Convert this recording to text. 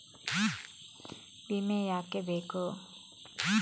ವಿಮೆ ಯಾಕೆ ಬೇಕು?